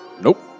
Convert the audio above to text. Nope